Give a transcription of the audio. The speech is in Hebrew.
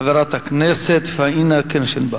חברת הכנסת פאינה קירשנבאום,